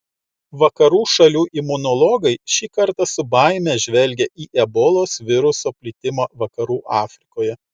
vakarų šalių imunologai šį kartą su baime žvelgė į ebolos viruso plitimą vakarų afrikoje